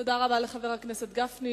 תודה רבה לחבר הכנסת גפני.